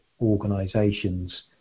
organisations